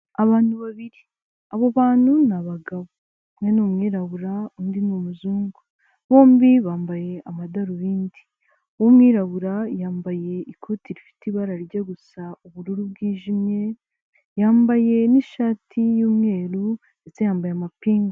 Abantu babiri abo bantu ni abagabo. Umwe ni umwirabura undi ni umuzungu. Bombi bambaye amadarubindi uw'umwirabura yambaye ikoti rifite ibara rijya gusa ubururu bwijimye, yambaye n'ishati y'umweru ndetse yambaye amapingu.